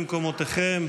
במקומותיכם,